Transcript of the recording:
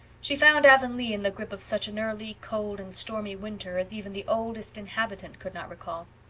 she found avonlea in the grip of such an early, cold, and stormy winter as even the oldest inhabitant could not recall.